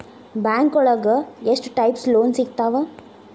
ಬ್ಯಾಂಕೋಳಗ ಎಷ್ಟ್ types loan ಸಿಗ್ತಾವ?